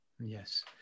Yes